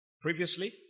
Previously